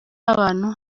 abantu